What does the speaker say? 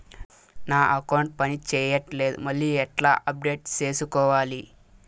నా అకౌంట్ పని చేయట్లేదు మళ్ళీ ఎట్లా అప్డేట్ సేసుకోవాలి?